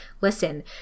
listen